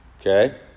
Okay